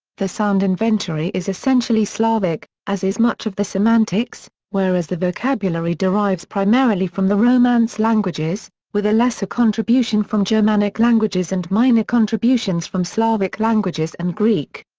the sound inventory is essentially slavic, as is much of the semantics, whereas the vocabulary derives primarily from the romance languages, with a lesser contribution from germanic languages and minor contributions from slavic languages and greek.